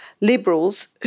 Liberals